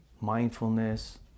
mindfulness